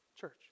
church